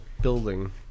building